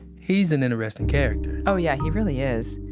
he's an interesting character oh yeah, he really is.